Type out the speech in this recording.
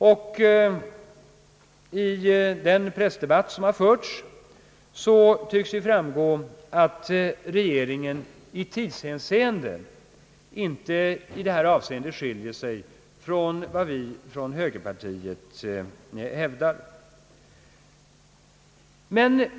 Av den pressdebatt som förts tycks framgå att regeringen i tidshänseende i detta fall inte skiljer sig från vad vi från högerpartiet hävdar.